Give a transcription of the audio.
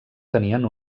tenien